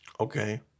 Okay